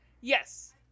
Yes